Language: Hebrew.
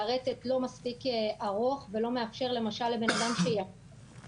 שהרטט לא מספיק ארוך ולא מאפשר למשל לבן אדם להתעורר,